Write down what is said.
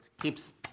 keeps